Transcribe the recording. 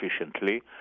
efficiently